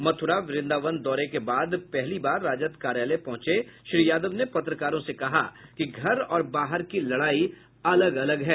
मथुरा वृंदावन दौरे के बाद पहली बार राजद कार्यालय पहुंचे श्री यादव ने पत्रकारों से कहा कि घर और बाहर की लड़ाई अलग अलग है